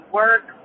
work